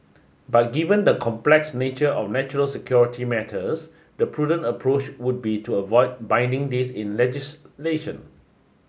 but given the complex nature of natural security matters the prudent approach would be to avoid binding this in legislation